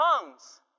tongues